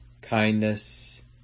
kindness